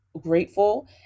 grateful